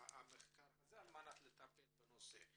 המחקר הזה חשוב לנו על מנת לטפל בנושא.